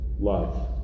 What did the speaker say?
love